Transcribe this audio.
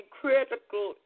critical